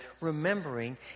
remembering